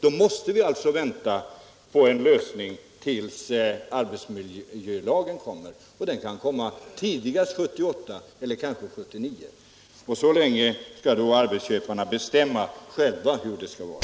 Vi måste vänta på en lösning till dess arbetsmiljölagen kommer, och den kan komma tidigast 1978, kanske 1979. Så länge kan alltså arbetsköparna ensamma bestämma hur det skall vara.